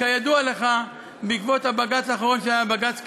כידוע לך, בעקבות הבג"ץ האחרון שהיה, בג"ץ כליפה,